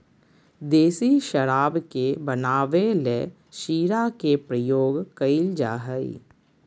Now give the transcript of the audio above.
देसी शराब के बनावे ले शीरा के प्रयोग कइल जा हइ